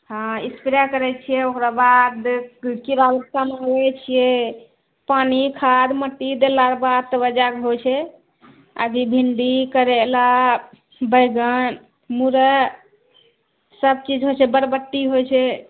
हँ स्प्रे करै छियै ओकरा बाद छियै पानि खाद्य माटी देलाके बाद तऽ जाए कऽ होय छै भिन्डी करैला बैगन मुरइ सबचीज होय छै बड़ बड़ चीज होय छै